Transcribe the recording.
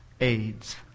AIDS